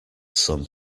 some